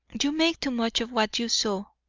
you make too much of what you saw,